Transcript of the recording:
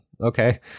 okay